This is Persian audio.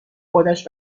خودش